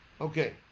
Okay